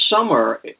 Summer